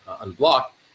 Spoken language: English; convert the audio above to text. unblocked